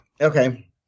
Okay